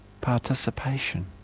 participation